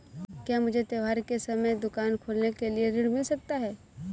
क्या मुझे त्योहार के समय दुकान खोलने के लिए ऋण मिल सकता है?